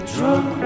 Drunk